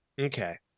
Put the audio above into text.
Okay